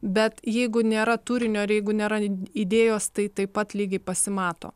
bet jeigu nėra turinio ar jeigu nėra idėjos tai taip pat lygiai pasimato